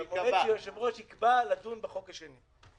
לא מחר, במועד שהיושב-ראש יקבע לדון בחוק השני.